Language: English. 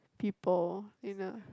people you know